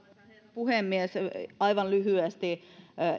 puhemies aivan lyhyesti